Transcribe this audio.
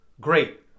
great